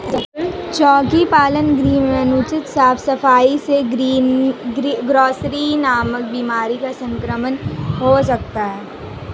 चोकी पालन गृह में अनुचित साफ सफाई से ग्रॉसरी नामक बीमारी का संक्रमण हो सकता है